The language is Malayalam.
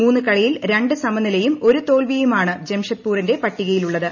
മൂന്നു കളിയിൽ രണ്ടു സമനിലയും ഒരു തോൽവിയുമാണ് ജംഷഡ്പൂരിന്റെ പട്ടികയിലുള്ളത്